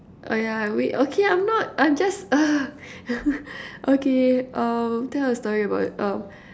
oh yeah wait okay I'm not I'm just okay uh tell a story about it um